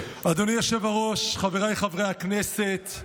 היושב-ראש, חבריי חברי הכנסת,